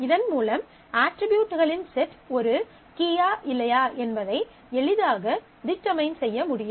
இதன் மூலம் அட்ரிபியூட்களின் செட் ஒரு கீயா இல்லையா என்பதை எளிதாக டிடெர்மைன் செய்ய முடியும்